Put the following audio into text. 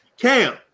Cam